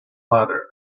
ladder